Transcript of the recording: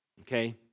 Okay